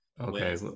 okay